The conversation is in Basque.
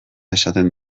esaten